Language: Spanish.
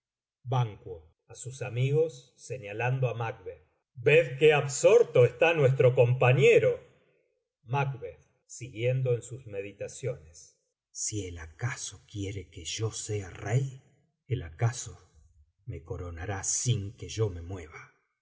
mí sino lo que no existe ban a sus amigos señalando á macbeth ved qué absorto está nuestro compañero macb siguiendo en sus meditaciones sí el acaso quíerg que yo sea rey el acaso me coronará sin que yo me mueva